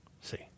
See